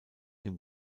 dem